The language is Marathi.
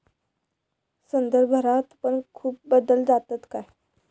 संदर्भदरात पण खूप बदल जातत काय?